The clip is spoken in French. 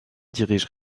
dirige